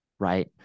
Right